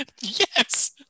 Yes